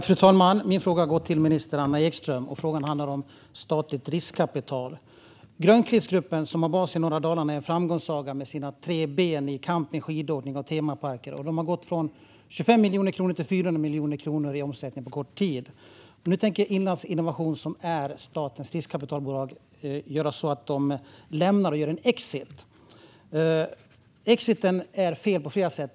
Fru talman! Min fråga går till minister Anna Ekström och handlar om statligt riskkapital. Grönklittsgruppen, som har sin bas i norra Dalarna, är en framgångssaga med sina tre ben i camping, skidåkning och temaparker. Man har gått från 25 miljoner kronor till 400 miljoner kronor i omsättning på kort tid. Nu tänker Inlandsinnovation, som är statens riskkapitalbolag, lämna gruppen och göra en exit. Denna exit är fel på flera sätt.